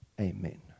Amen